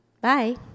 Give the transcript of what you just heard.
Bye